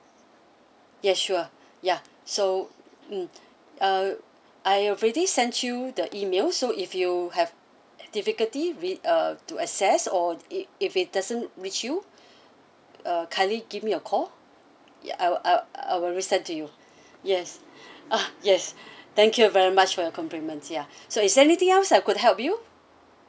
yes sure ya so mm uh I already sent you the email so if you have difficulty read uh to access or if if it doesn't reach you uh kindly give me a call ya I will I'll I will resend to you yes ah yes thank you very much for your compliment ya so is there anything else I could help you